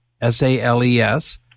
S-A-L-E-S